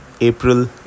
April